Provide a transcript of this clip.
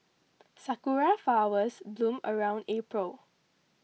sakura flowers bloom around April